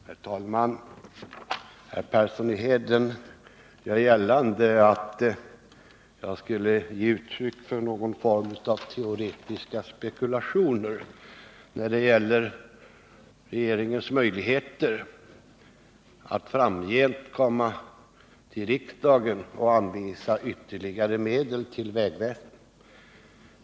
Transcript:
Herr talman! Arne Persson gör gällande att jag skulle ge uttryck för någon form av teoretiska spekulationer när det gäller regeringens möjligheter att framgent komma till riksdagen med begäran om ytterligare medel till vägverket.